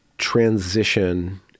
transition